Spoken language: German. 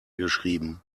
geschrieben